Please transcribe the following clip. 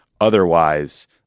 Otherwise